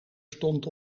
stond